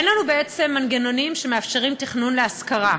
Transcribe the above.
אין לנו מנגנונים שמאפשרים תכנון להשכרה,